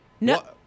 No